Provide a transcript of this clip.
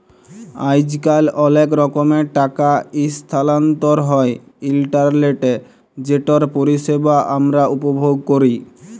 আইজকাল অলেক রকমের টাকা ইসথালাল্তর হ্যয় ইলটারলেটে যেটর পরিষেবা আমরা উপভোগ ক্যরি